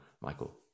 Michael